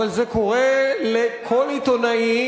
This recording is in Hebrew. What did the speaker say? אבל זה קורה לכל עיתונאי,